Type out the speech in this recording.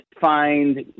find